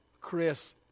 Chris